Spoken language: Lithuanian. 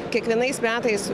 kiekvienais metais